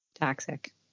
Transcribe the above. toxic